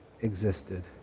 existed